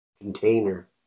Container